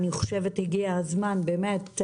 אני חושבת שהגיע הזמן באמת.